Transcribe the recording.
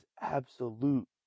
absolute